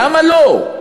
למה לא?